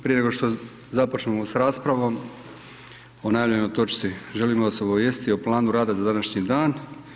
Prije nego što započnemo s raspravom o najavljenoj točci, želim vas obavijestiti o planu rada za današnji dan.